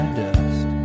dust